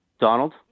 Donald